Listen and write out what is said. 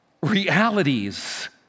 realities